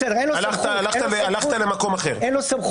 בסדר, אין לו סמכות.